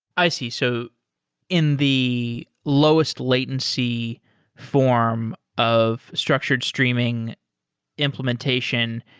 i see. so in the lowest latency form of structured streaming implementation,